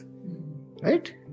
Right